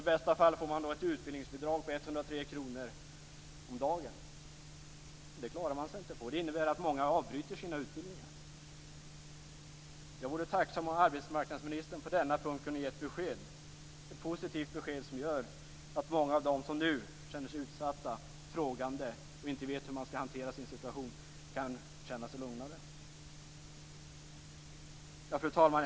I bästa fall får de ett utbildningsbidrag på 103 kr om dagen. Det klarar man sig inte på. Det innebär att många avbryter sina utbildningar. Jag vore tacksam om arbetsmarknadsministern på denna punkt kunde ge ett besked, ett positivt besked som gör att många av dem som nu känner sig utsatta, frågande och som inte vet hur de skall hantera sin situation kan känna sig lugnare. Fru talman!